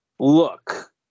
Look